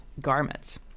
garments